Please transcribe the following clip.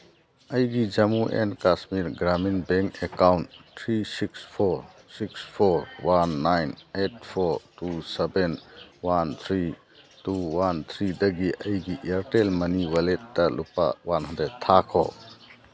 ꯑꯩꯒꯤ Jammu and Kashmir Grameen bank account three six four six four one nine eight four two seven one three two one ꯊ꯭ꯔꯤꯗꯒꯤ ꯑꯩꯒꯤ Airtel ꯃꯅꯤ ꯋꯂꯦꯠꯇ ꯂꯨꯄꯥ one hundred ꯊꯥꯈꯣ